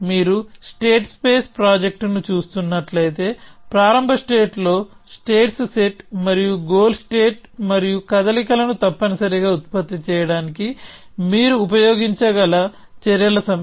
మీరు state space project ను చూస్తున్నట్లయితే ప్రారంభ స్టేట్ లో స్టేట్స్ సెట్ మరియు గోల్ స్టేట్ మరియు కదలికలను తప్పనిసరిగా ఉత్పత్తి చేయడానికి మీరు ఉపయోగించగల చర్యల సమితి